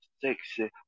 sexy